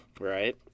Right